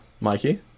Mikey